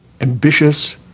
ambitious